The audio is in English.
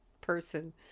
person